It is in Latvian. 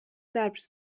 darbs